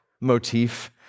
motif